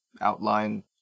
outline